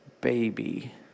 baby